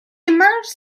emerged